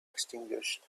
extinguished